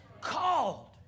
Called